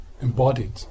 embodied